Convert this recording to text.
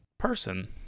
person